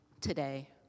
today